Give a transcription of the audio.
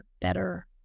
better